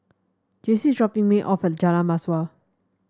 Jaycie is dropping me off at Jalan Mawar